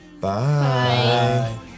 Bye